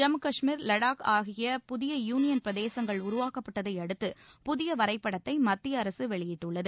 ஜம்மு காஷ்மீர் வடாக் ஆகிய புதிய யூனியன் பிரதேசங்கள் உருவாக்கப்பட்டதை அடுத்து புதிய வரைபடத்தை மத்திய அரசு வெளியிட்டுள்ளது